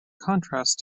contrast